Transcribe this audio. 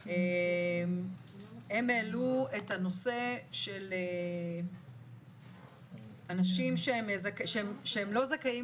באקי"ם העלו את הנושא של אנשים שהם לא זכאים